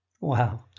Wow